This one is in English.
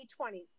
2020